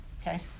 okay